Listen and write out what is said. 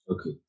Okay